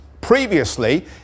Previously